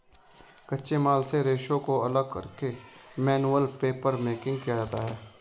कच्चे माल से रेशों को अलग करके मैनुअल पेपरमेकिंग किया जाता है